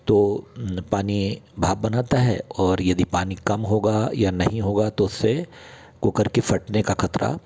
तो पानी भाप बनाता है और यदि पानी कम होगा या नहीं होगा तो उससे कुकर की फटने का ख़तरा